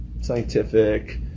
scientific